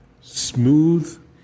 smooth